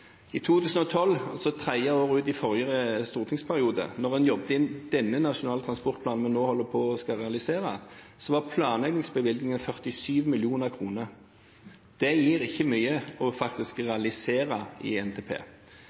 I 2012, altså tredje året ut i forrige stortingsperiode, da vi jobbet med den nasjonale transportplanen vi nå holder på å realisere, var planleggingsbevilgningen 47 mill. kr. Det gir faktisk ikke mye til å realisere NTP. I